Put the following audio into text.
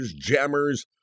jammers